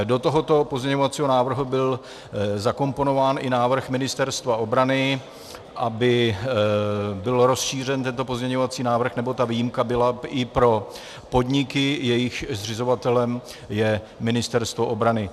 Do tohoto pozměňovacího návrhu byl zakomponován i návrh Ministerstva obrany, aby byl tento pozměňovací návrh rozšířen, nebo ta výjimka byla i pro podniky, jejichž zřizovatelem je Ministerstvo obrany.